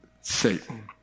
Satan